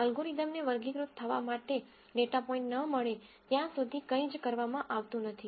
અલ્ગોરિધમને વર્ગીકૃત થવા માટે ડેટા પોઇન્ટ ન મળે ત્યાં સુધી કંઈ જ કરવામાં આવતું નથી